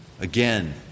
Again